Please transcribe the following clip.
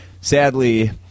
Sadly